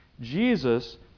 Jesus